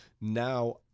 now